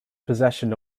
possession